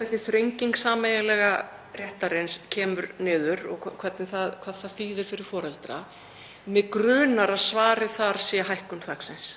hvernig þrenging sameiginlega réttarins kemur niður og hvað það þýðir fyrir foreldra. Mig grunar að svarið þar sé hækkun þaksins,